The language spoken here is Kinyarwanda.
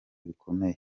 bikomeye